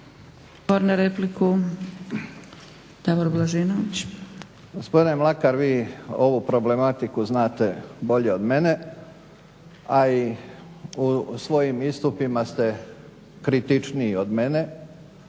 **Božinović, Davor (HDZ)** Gospodine Mlakar vi ovu problematiku znate bolje od mene, a i u svojim istupima ste kritičniji od mene.